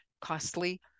costly